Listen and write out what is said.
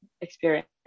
experience